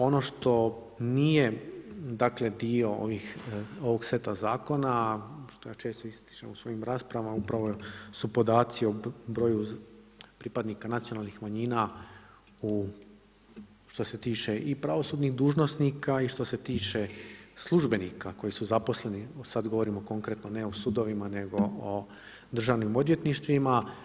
Ono što nije dakle dio ovog seta zakona, a što ja često ističem u svojim raspravama upravo su podaci o broju pripadnika nacionalnih manjina u što se tiče i pravosudnih dužnosnika i što se tiče službenika koji su zaposleni, sad govorimo konkretno ne u sudovima nego o državnim odvjetništvima.